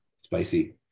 spicy